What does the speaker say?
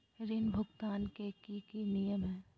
ऋण भुगतान के की की नियम है?